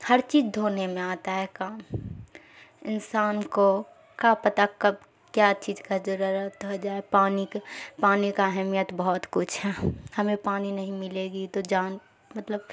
ہر چیز دھونے میں آتا ہے کام انسان کو کیا پتہ کب کیا چیز کا ضرورت ہو جائے پانی کا پانی کا اہمیت بہت کچھ ہے ہمیں پانی نہیں ملے گی تو جان مطلب